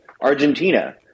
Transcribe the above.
Argentina